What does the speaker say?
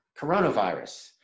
coronavirus